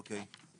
אוקיי.